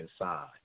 inside